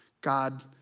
God